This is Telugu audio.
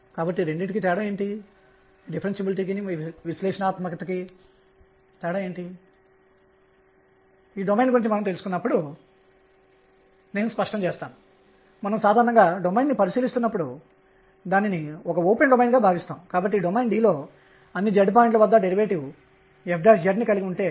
కాబట్టి k Ze240 మరియు వ్యవస్థ యొక్క శక్తి 12mṙ212mr2ϕ ̇2 kr గా ఇవ్వబడుతుంది